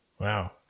Wow